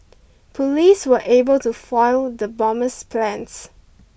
police were able to foil the bomber's plans